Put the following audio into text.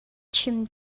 chim